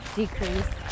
decrease